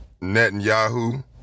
Netanyahu